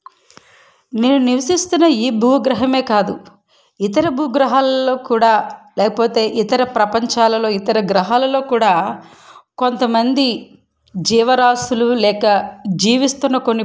నేను నివసిస్తున్న ఈ భూ గ్రహమే కాదు ఇతర భూ గ్రహాలలో కూడా లేకపోతే ఇతర ప్రపంచాలలో ఇతర గ్రహాలలో కూడా కొంతమంది జీవరాశులు లేక జీవిస్తున్న కొన్ని